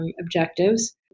objectives